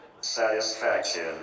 satisfaction